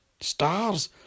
Stars